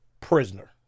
prisoner